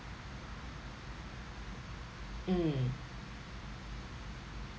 mm